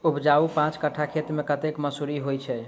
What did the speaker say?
उपजाउ पांच कट्ठा खेत मे कतेक मसूरी होइ छै?